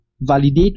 validate